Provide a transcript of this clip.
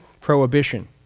prohibition